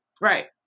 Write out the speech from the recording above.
Right